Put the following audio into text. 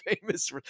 famous